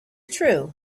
true